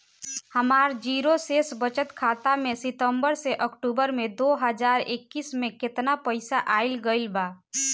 हमार जीरो शेष बचत खाता में सितंबर से अक्तूबर में दो हज़ार इक्कीस में केतना पइसा आइल गइल बा?